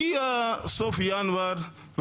הגיע סוף ינואר,